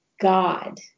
god